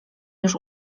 już